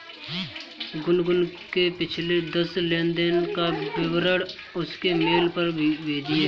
गुनगुन के पिछले दस लेनदेन का विवरण उसके मेल पर भेजिये